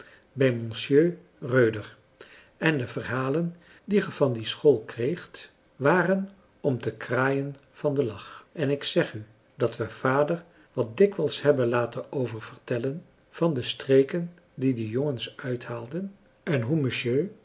monsieur röder en de verhalen die ge van die school kreegt waren om te kraaien van den lach en ik zeg u dat we vader wat dikwijls hebben laten oververtellen van de streken die de jongens uithaalden en hoe mesjeu